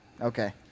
okay